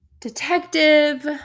detective